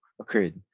occurred